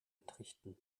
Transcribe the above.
entrichten